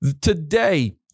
today